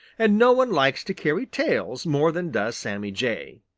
and no one likes to carry tales more than does sammy jay.